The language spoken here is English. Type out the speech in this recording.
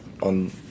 on